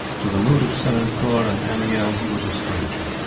to the mood of senancour and amiel he was a stranger.